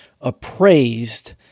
appraised